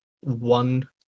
one